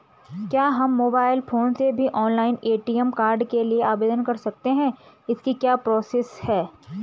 क्या हम mobile phone से भी ऑनलाइन ए.टी.एम कार्ड के लिए आवेदन कर सकते हैं इसकी क्या प्रोसेस है?